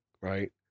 right